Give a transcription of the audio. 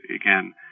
again